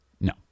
No